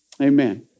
amen